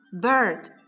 Bird